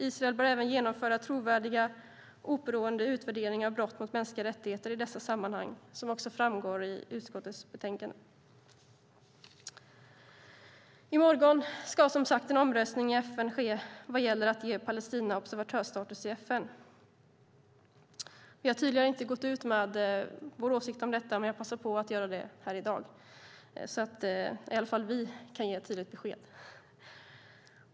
Israel bör även genomföra trovärdiga och oberoende utvärderingar av brott mot mänskliga rättigheter i dessa sammanhang, som också framgår i utskottets betänkande. I morgon ska, som sagt, en omröstning i FN ske som handlar om att ge Palestina observatörsstatus i FN. Vi har tidigare inte gått ut med vår åsikt om detta, men jag passar på att göra det här i dag, så att i alla fall vi kan ge ett tydligt besked.